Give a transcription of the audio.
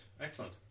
excellent